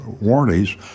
warranties